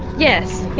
yes,